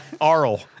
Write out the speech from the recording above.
arl